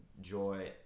joy